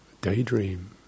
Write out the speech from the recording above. daydream